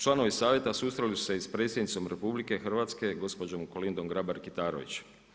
Članovi Savjeta susreli su se i sa predsjednicom RH gospođom Kolindom Grabar-Kitarović.